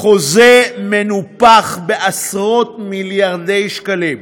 חוזה מנופח בעשרות-מיליארדי שקלים.